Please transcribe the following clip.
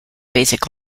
basic